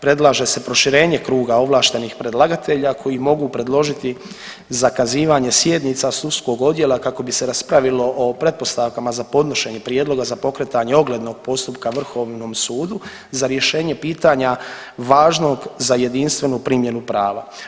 Predlaže se proširenje kruga ovlaštenih predlagatelja koji mogu predložiti zakazivanje sjednica sudskog odjela kako bi se raspravilo o pretpostavkama za podnošenje prijedloga za pokretanje oglednog postupka Vrhovnom sudu za rješenje pitanja važnog za jedinstvenu primjenu prava.